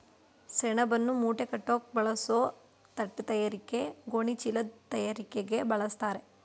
ಸೆಣಬನ್ನು ಮೂಟೆಕಟ್ಟೋಕ್ ಬಳಸೋ ಬಟ್ಟೆತಯಾರಿಕೆ ಗೋಣಿಚೀಲದ್ ತಯಾರಿಕೆಲಿ ಬಳಸ್ತಾರೆ